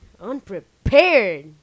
Unprepared